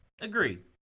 Agreed